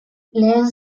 lehen